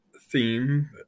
theme